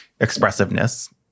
Expressiveness